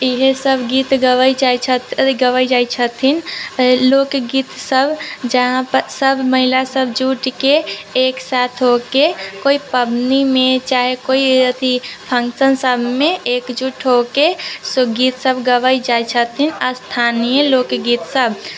इहे सब गीत गबै जाइ छथि गबै जाइ छथिन फेर लोकगीत सब जादातर सब महिला सब जूटके एक साथ होके कोइ पबनी मे चाहे कोइ अथी फंक्शन सब मे एकजुट होके सो गीतसब गबै जाइ छथि स्थानीय लोकगीत सब